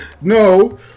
No